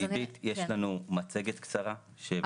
עידית, יש לנו מצגת קצרה של הדסה.